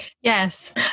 Yes